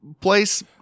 place